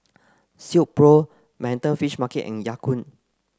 Silkpro Manhattan Fish Market and Ya Kun